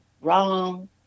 wrong